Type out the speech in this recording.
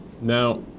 Now